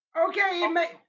Okay